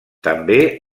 també